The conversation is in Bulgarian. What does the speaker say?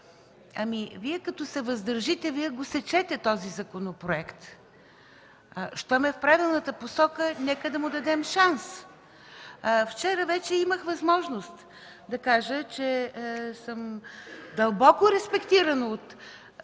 Вие, като се въздържите, Вие го сечете този законопроект. Щом е в правилната посока, нека да му дадем шанс. Вчера вече имах възможност да кажа, че съм дълбоко респектирана от